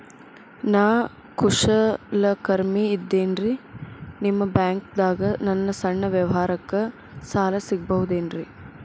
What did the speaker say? ನಾ ಕುಶಲಕರ್ಮಿ ಇದ್ದೇನ್ರಿ ನಿಮ್ಮ ಬ್ಯಾಂಕ್ ದಾಗ ನನ್ನ ಸಣ್ಣ ವ್ಯವಹಾರಕ್ಕ ಸಾಲ ಸಿಗಬಹುದೇನ್ರಿ?